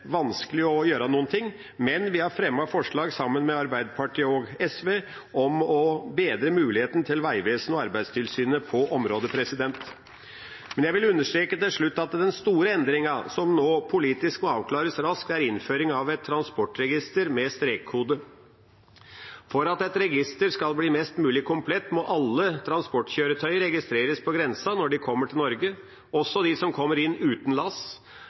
vanskelig å gjøre noe, men vi har fremmet forslag sammen med Arbeiderpartiet og SV om å bedre muligheten til Vegvesenet og Arbeidstilsynet på området. Men jeg vil understreke til slutt at den store endringen som nå politisk må avklares raskt, er innføring av et transportregister med strekkode. For at et register skal bli mest mulig komplett, må alle transportkjøretøyer registreres på grensen når de kommer til Norge, også de som kommer inn uten lass.